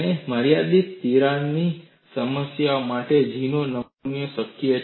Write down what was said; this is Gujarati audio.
અને મર્યાદિત તિરાડ લંબાઈ માટે અચળ G નમૂનો શક્ય છે